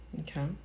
Okay